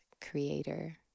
creator